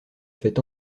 fait